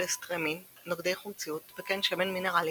sucralfate נוגדי חומציות וכן שמן מינרלי